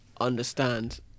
understand